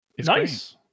Nice